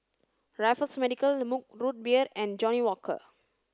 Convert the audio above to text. Raffles Medical Mug Root Beer and Johnnie Walker